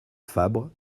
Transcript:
fabre